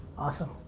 awesome.